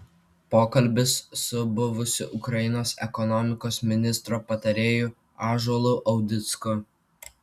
pokalbis su buvusiu ukrainos ekonomikos ministro patarėju ąžuolu audicku